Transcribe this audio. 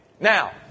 Now